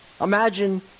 Imagine